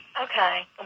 Okay